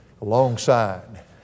alongside